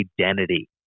identity